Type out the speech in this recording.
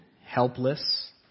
helpless